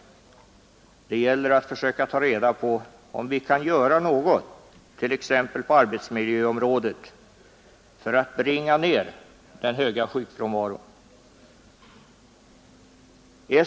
Det gäller att försöka ta reda på om vi kan göra något, t.ex. på arbetsmiljöområdet, för att bringa ned den höga sjukfrånvaron.